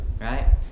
Right